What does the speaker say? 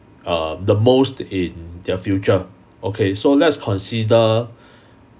err the most in their future okay so let's consider